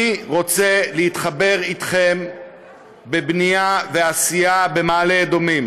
אני רוצה להתחבר אתכם בבנייה ועשייה במעלה-אדומים.